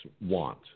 want